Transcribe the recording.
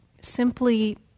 simply